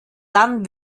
dann